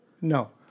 No